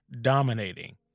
dominating